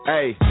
Hey